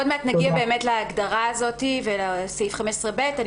עוד מעט נגיע להגדרה הזאת ולסעיף 15ב. אני